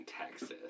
Texas